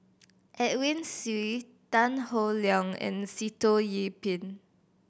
Edwin Siew Tan Howe Liang and Sitoh Yih Pin